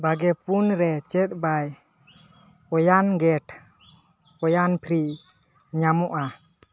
ᱵᱟᱜᱮᱯᱩᱱᱨᱮ ᱪᱮᱫ ᱵᱟᱭ ᱚᱣᱟᱱᱜᱮᱴ ᱚᱣᱟᱱᱯᱷᱨᱤ ᱧᱟᱢᱚᱜᱼᱟ